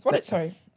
Sorry